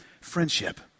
friendship